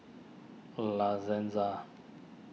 La Senza